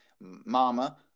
Mama